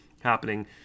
happening